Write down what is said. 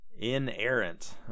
inerrant